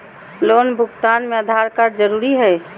Loan भुगतान में Aadhaar card जरूरी है?